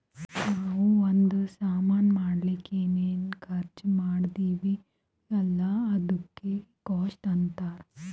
ನಾವೂ ಒಂದ್ ಸಾಮಾನ್ ಮಾಡ್ಲಕ್ ಏನೇನ್ ಖರ್ಚಾ ಮಾಡ್ತಿವಿ ಅಲ್ಲ ಅದುಕ್ಕ ಕಾಸ್ಟ್ ಅಂತಾರ್